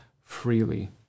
freely